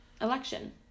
Election